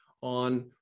on